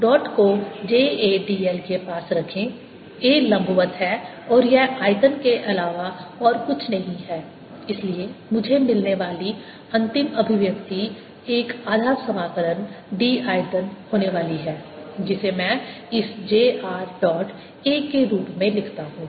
dot को j a dl के पास रखें a लम्बवत है और यह आयतन के अलावा और कुछ नहीं है इसलिए मुझे मिलने वाली अंतिम अभिव्यक्ति 1 आधा समाकलन d आयतन होने वाली है जिसे मैं इस j r डॉट A के रूप में लिखता हूं